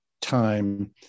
time